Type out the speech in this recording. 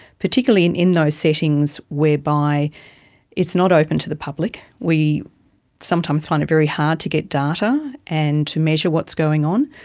particularly and in those settings whereby it's not open to the public. we sometimes find it very hard to get data and to measure what's going on.